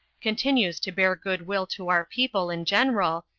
continues to bear good-will to our people in general,